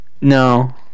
No